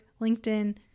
LinkedIn